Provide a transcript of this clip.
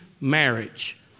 marriage